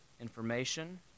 information